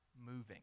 moving